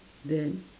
then